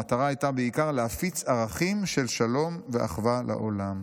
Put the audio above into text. המטרה הייתה בעיקר להפיץ ערכים של שלום ואחווה לעולם.